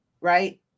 right